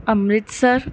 Amritsar